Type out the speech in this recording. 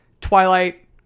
twilight